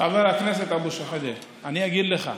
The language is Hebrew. חבר הכנסת אבו שחאדה, אני אגיד לך,